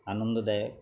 আনন্দ দেয়